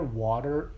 water